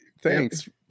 thanks